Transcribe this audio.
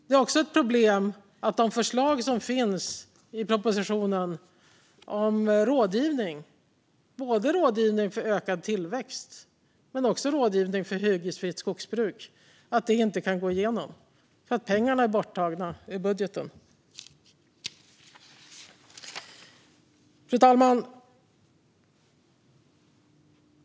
Det är också ett problem att de förslag som finns i propositionen om rådgivning, både rådgivning för ökad tillväxt och rådgivning för hyggesfritt skogsbruk, inte kan gå igenom eftersom pengarna är borttagna ur budgeten. Fru talman!